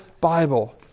Bible